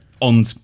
on